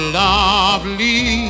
lovely